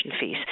fees